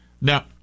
Now